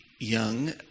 young